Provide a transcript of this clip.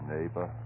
Neighbor